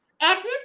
edit